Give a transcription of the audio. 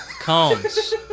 Combs